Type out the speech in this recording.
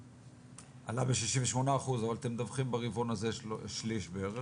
עלה ב- 68% אבל אתם מדווחים ברבעון הזה שליש בערך,